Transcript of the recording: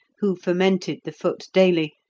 who fomented the foot daily,